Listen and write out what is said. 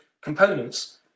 components